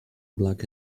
black